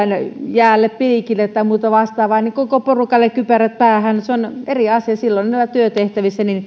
jäälle pilkille tai muuta vastaavaa koko porukalle kypärät päähän se on eri asia silloin ei olla työtehtävissä